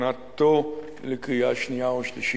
הכנתה לקריאה שנייה ושלישית.